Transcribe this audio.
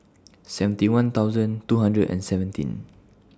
seventy one thousand two hundred and seventeen